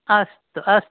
अस्तु अस्तु